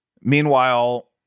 Meanwhile